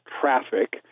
traffic